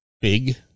Big